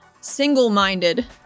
single-minded